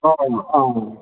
औ औ